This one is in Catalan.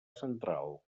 central